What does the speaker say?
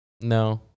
no